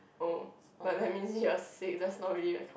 oh but let me see ah sick that's not really a couple